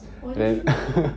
oh that's true